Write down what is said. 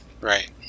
Right